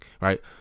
right